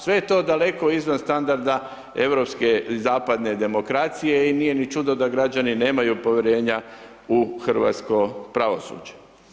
Sve je to daleko izvan standarda europske zapadne demokracije i nije ni čudo da građani nemaju povjerenja u hrvatsko pravosuđe.